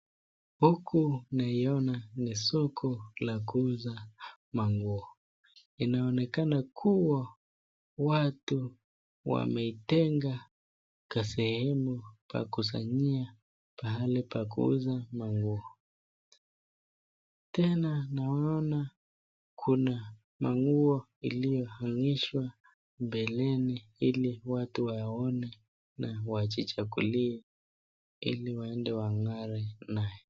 Huku naiona ni soko la kuuza manguo. Inaonekana kuwa watu wameitenga kasehemu pa kusanyia pahali pa kuuza manguo. Tena naona kuna manguo iliyohang'ishwa mbeleni ili watu waone na wajichagulie ili waende wang'are nayo.